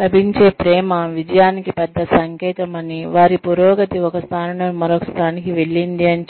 లభించే ప్రేమ విజయానికి పెద్ద సంకేతం అని వారీ పురోగతి ఒక స్థానం నుండి మరొక స్థానం కి వెళ్ళింది అని